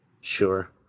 Sure